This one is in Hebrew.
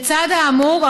לצד האמור,